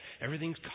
Everything's